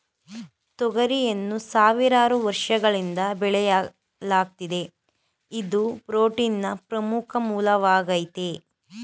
ತೊಗರಿಯನ್ನು ಸಾವಿರಾರು ವರ್ಷಗಳಿಂದ ಬೆಳೆಯಲಾಗ್ತಿದೆ ಇದು ಪ್ರೋಟೀನ್ನ ಪ್ರಮುಖ ಮೂಲವಾಗಾಯ್ತೆ